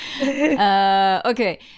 Okay